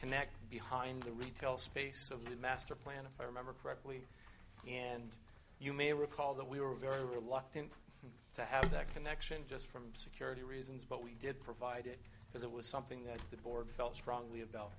connect behind the retail space of the master plan if i remember correctly and you may recall that we were very reluctant to have that connection just from security reasons but we did provided because it was something that the board felt strongly about